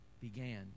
began